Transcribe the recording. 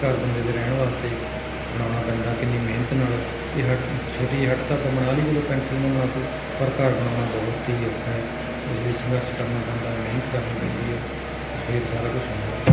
ਘਰ ਬੰਦੇ ਦੇ ਰਹਿਣ ਵਾਸਤੇ ਬਣਾਉਣਾ ਪੈਂਦਾ ਕਿੰਨੀ ਮਿਹਨਤ ਨਾਲ ਇਹ ਹੱਟ ਛੋਟੀ ਜਿਹੀ ਹੱਟ ਤਾਂ ਆਪਾਂ ਬਣਾ ਲਈ ਚਲੋ ਪੈਨਸਲ ਨਾਲ ਬਣਾਤੀ ਪਰ ਘਰ ਬਣਾਉਣਾ ਬਹੁਤ ਹੀ ਔਖਾ ਹੈ ਉਸ ਲਈ ਸੰਘਰਸ਼ ਕਰਨਾ ਪੈਂਦਾ ਮਿਹਨਤ ਕਰਨੀ ਪੈਂਦੀ ਹੈ ਅਤੇ ਫਿਰ ਸਾਰਾ ਕੁਛ ਹੁੰਦਾ